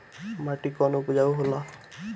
माटी कौन उपजाऊ होला?